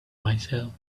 myself